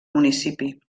municipi